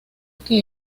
que